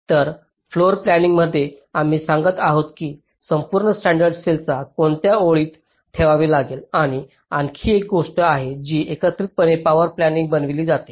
तर floor planning मध्ये आम्ही सांगत आहोत की संपूर्ण स्टँडर्ड सेलला कोणत्या ओळीत ठेवावे लागेल आणि आणखी एक गोष्ट आहे जी एकत्रितपणे पॉवर प्लॅनिंग बनविली जाते